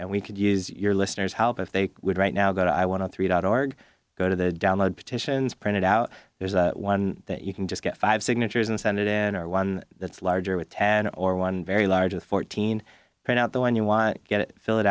and we could use your listeners help if they would right now go to i want to three dot org go to the download petitions printed out there's a one that you can just get five signatures and send it in or one that's larger with ten or one very large of fourteen print out the one you want get it fill it